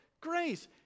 grace